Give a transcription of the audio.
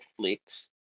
Netflix